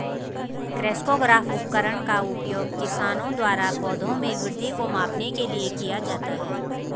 crescograph उपकरण का उपयोग किसानों द्वारा पौधों में वृद्धि को मापने के लिए किया जाता है